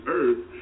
earth